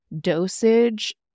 dosage